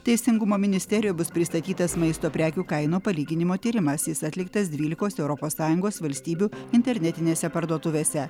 teisingumo ministerijoj bus pristatytas maisto prekių kainų palyginimo tyrimas jis atliktas dvylikos europos sąjungos valstybių internetinėse parduotuvėse